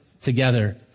together